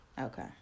Okay